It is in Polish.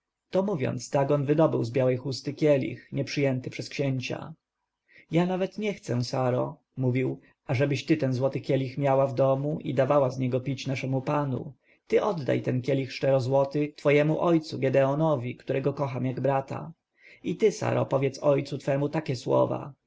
to mówiąc dagon wydobył z białej chusty kielich nieprzyjęty przez księcia ja nawet nie chcę saro mówił ażebyś ty ten złoty kielich miała w domu i dawała z niego pić naszemu panu ty oddaj ten szczerozłoty kielich twojemu ojcu gedeonowi którego kocham jak brata i ty saro powiedz ojcu twemu takie słowa